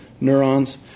neurons